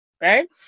right